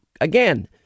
again